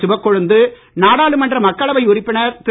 சிவக்கொழுந்து நாடாளுமன்ற மக்களவை உறுப்பினர் திரு